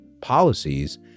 policies